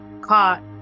caught